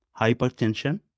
hypertension